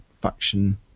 faction